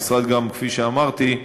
המשרד גם, כפי שאמרתי,